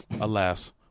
alas